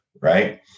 right